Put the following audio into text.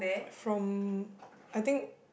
from I think